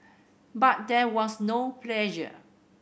but there was no pressure